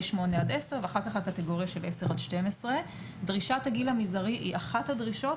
אם זה גילאי שמונה עד 10 ו-10 עד 12. דרישת הגיל המזערי היא אחת הדרישות.